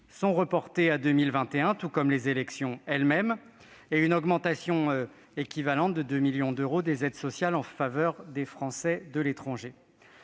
sont reportés à 2021, tout comme les élections elles-mêmes ; une augmentation équivalente, soit 2 millions d'euros, des aides sociales en faveur des Français de l'étranger.